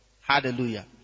Hallelujah